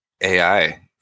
AI